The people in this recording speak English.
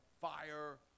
fire